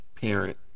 parent